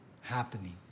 happening